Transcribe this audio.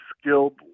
skilled